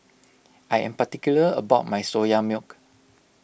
I am particular about my Soya Milk